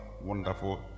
wonderful